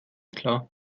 klar